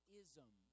ism